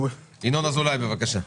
ינון אזולאי, בבקשה.